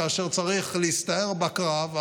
כאשר צריך להסתער בקרב,